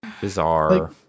bizarre